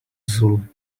zulu